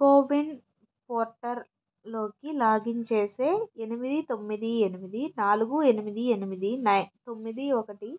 CoWIN పోర్టల్లోకి login చేసే ఎనిమిది తొమ్మిది ఎనిమిది నాలుగు ఎనిమిది ఎనిమిది నైన్ తొమ్మిది ఒకటి